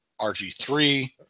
RG3